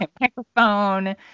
microphone